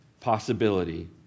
possibility